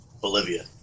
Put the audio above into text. Bolivia